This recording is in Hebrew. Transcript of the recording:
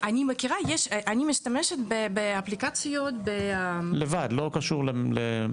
אני משתמשת באפליקציות --- לבד, שלא קשורות.